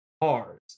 cars